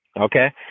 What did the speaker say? Okay